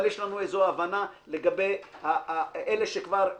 אבל יש לנו איזו הבנה לגבי אלה שכבר מחוברים.